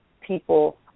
people